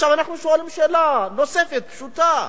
אנחנו שואלים שאלה נוספת, פשוטה.